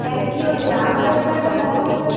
কেন কী হয়েছে আমাদের এখানে তো কখনও এসব